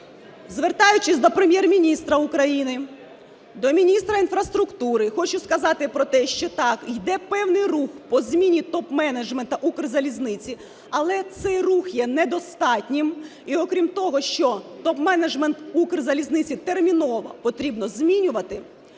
Звертаючись до Прем'єр-міністра України, до міністра інфраструктури, хочу сказати про те, що, так, йде певний рух по зміни топменеджменту Укрзалізниці, але цей рух є недостатнім. І окрім того, що топменеджмент Укрзалізниці терміново потрібно змінювати,